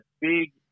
big